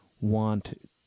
want